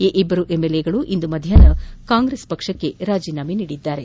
ಈ ಇಬ್ಬರೂ ಎಂಎಲ್ಎಗಳು ಇಂದು ಮಧ್ಯಾಹ್ನ ಕಾಂಗ್ರೆಸ್ ಪಕ್ಷಕ್ಕೆ ರಾಜೀನಾಮೆ ನೀಡಿದ್ದಾರೆ